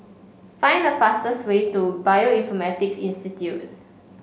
find the fastest way to Bioinformatics Institute